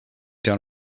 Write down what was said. down